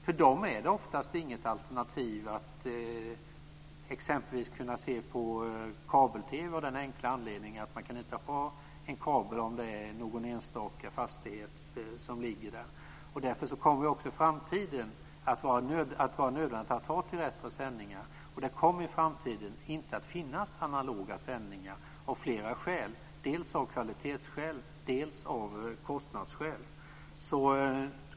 För dem är kabel-TV oftast inget alternativ, av den enkla anledningen att man inte kan ha en kabel till en enstaka fastighet. Därför kommer det också i framtiden att vara nödvändigt att ha terrestra sändningar. Det kommer i framtiden inte att finnas analoga sändningar, av flera skäl. Det är dels av kvalitetsskäl, dels av kostnadsskäl.